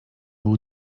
był